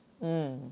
mm